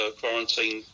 quarantine